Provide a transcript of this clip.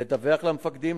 לדווח למפקדים,